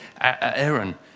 Aaron